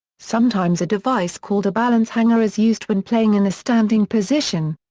sometimes a device called a balance hanger is used when playing in a standing position.